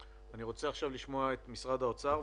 אני רוצה לשמוע את משרד האוצר עכשיו,